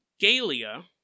Galia